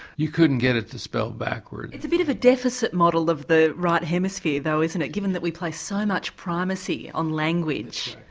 you couldn't get it to spell backwards. it's a bit of a deficit model of the right hemisphere, though, isn't it, given that we place so much primacy on language.